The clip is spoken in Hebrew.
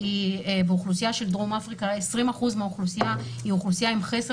כי 20% מהאוכלוסייה של דרום אפריקה היא אוכלוסייה עם חסר